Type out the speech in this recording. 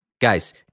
guys